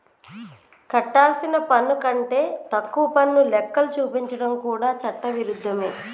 కట్టాల్సిన పన్ను కంటే తక్కువ పన్ను లెక్కలు చూపించడం కూడా చట్ట విరుద్ధమే